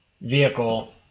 vehicle